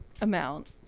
amount